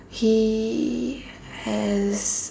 he has